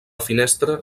finestra